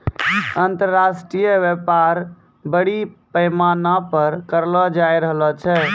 अन्तर्राष्ट्रिय व्यापार बरड़ी पैमाना पर करलो जाय रहलो छै